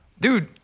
dude